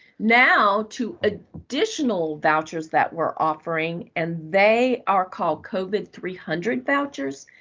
now, two additional vouchers that we're offering, and they are called covid three hundred vouchers.